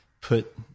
put